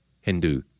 Hindu